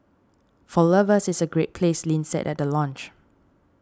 for lovers it's a great place Lin said at the launch